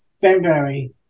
February